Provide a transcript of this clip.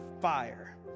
fire